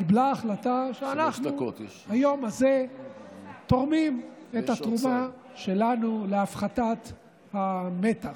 קיבלה החלטה שאנחנו היום הזה תורמים את התרומה שלנו להפחתת המתח.